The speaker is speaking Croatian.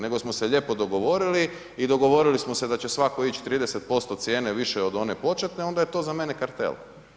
Nego smo se lijepo dogovorili i dogovorili smo se da će svako ići 30% cijene više od one početne onda je to za mene kartel.